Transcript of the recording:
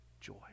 joy